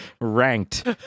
ranked